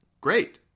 great